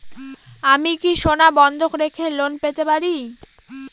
আমি কি সোনা বন্ধক রেখে লোন পেতে পারি?